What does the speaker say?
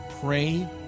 pray